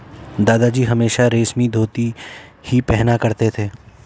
दादाजी हमेशा रेशमी धोती ही पहना करते थे